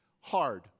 hard